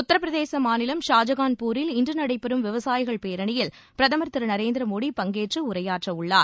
உத்தரபிரதேசம் மாநிலம் ஷாஜகான்பூரில் இன்று நடைபெறும் விவசாயிகள் பேரணியில் பிரதமா் திரு நரேந்திர மோடி பங்கேற்று உரையாற்றவுள்ளார்